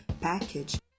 package